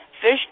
fish